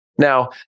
Now